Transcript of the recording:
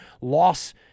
loss